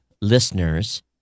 listeners